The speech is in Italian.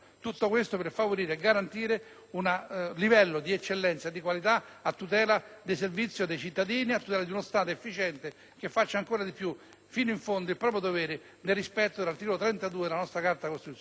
un livello di eccellenza e di qualità a tutela del servizio dei cittadini e di uno Stato efficiente che faccia fino in fondo il proprio dovere nel rispetto dell'articolo 32 della nostra Carta costituzionale.